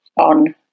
on